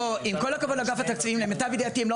עם כל הכבוד לאגף התקציבים למיטב ידיעתי הם לא